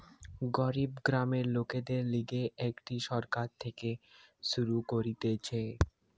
গরিব গ্রামের লোকদের লিগে এটি সরকার থেকে শুরু করতিছে